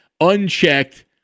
unchecked